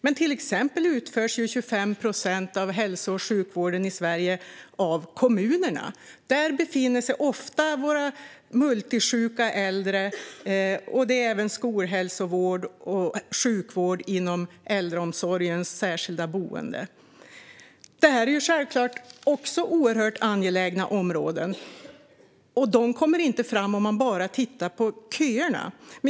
Men exempelvis utförs 25 procent av hälso och sjukvården i Sverige av kommunerna. Där befinner sig ofta de multisjuka äldre. Där finns även skolhälsovård och sjukvård inom äldreomsorgens särskilda boenden. Detta är självklart också oerhört angelägna områden. De kommer inte fram om man bara tittar på köerna.